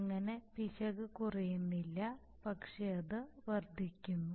അങ്ങനെ പിശക് കുറയുന്നില്ല പക്ഷേ അത് വർദ്ധിക്കുന്നു